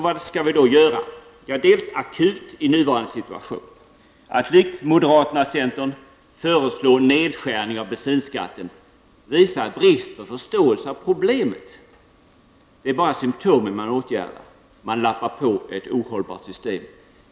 Vad skall vi då göra akut? Att likt moderaterna och centern föreslå nedskärning av bensinskatten visar brist på förståelse av problemet. Det är bara symtomen man åtgärdar. Man lappar på ett ohållbart system.